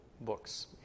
books